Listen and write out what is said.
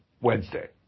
Wednesday